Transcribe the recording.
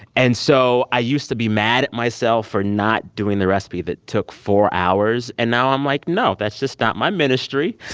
and so i used to be mad at myself for not doing the recipe that took four hours. and now i'm like, no, that's just not my ministry.